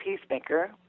Peacemaker